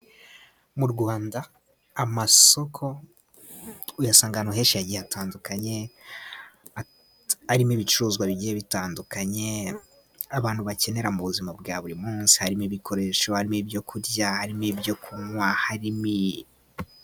Mu Rwanda amasoko uyasanga ahenshi yagiye atandukanye arimo ibicuruzwa bigiye bitandukanye abantu bakenera mu buzima bwa buri munsi harimo ibikoresho, harimo ibyo kurya, harimo ibyo kunywa, harimi...